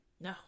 No